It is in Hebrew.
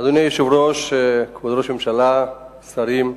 אדוני היושב-ראש, כבוד ראש הממשלה, שרים,